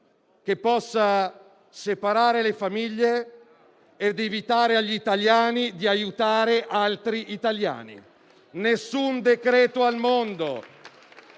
che possa separare le famiglie ed evitare agli italiani di aiutare altri italiani. Nessun decreto al mondo